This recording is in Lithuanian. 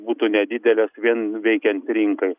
būtų nedidelės vien veikiant rinkai